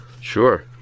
Sure